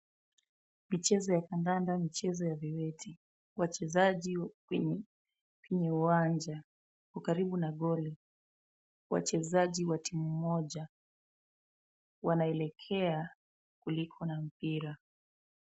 Mchezo ya kandanda mchezo ya viwete. Wachezaji kwenye uwanja. Wako karibu na goli, wachezaji wa timu moja. Wanaelekea kuliko na mpira.